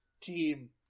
team